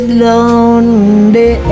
lonely